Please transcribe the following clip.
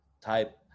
type